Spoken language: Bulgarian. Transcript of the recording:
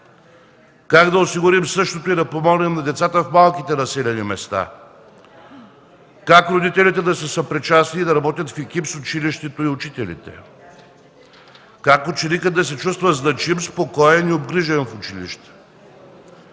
Как да осигурим същото и да помогнем на децата в малките населени места? Как родителите да са съпричастни и да работят в екип с училището и учителите? Как ученикът да се чувства значим, спокоен и обгрижен в училище?